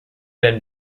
been